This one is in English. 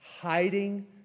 hiding